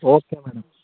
okay madam